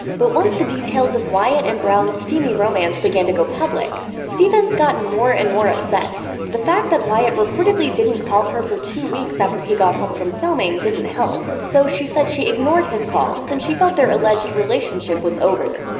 but once the details of wyatt and brown's steamy romance began to go public, stevens got more and more upset. the fact that wyatt reportedly didn't call her for two weeks after he got home from filming didn't help, so she said she ignored his call, since she felt their alleged relationship was over.